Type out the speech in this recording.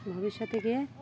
ভবিষ্যতে গিয়ে